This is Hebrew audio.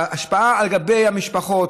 ההשפעה לגבי המשפחות,